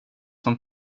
som